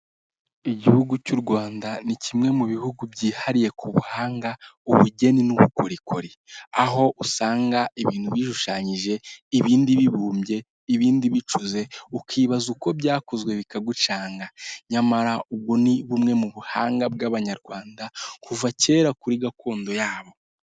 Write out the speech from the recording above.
Igihugu cy'urwanda ni kimwe mu bihugu byihariye ku buhanga ubugeni n'ubukorikori aho usanga ibintu bishushanyije ibindi bibumbye ibindi bicuze, ukibaza uko byakozwe bikagucanga nyamara ubu ni bumwe mu buhanga bw'abanyarwanda kuva kera kuri gakondo yabo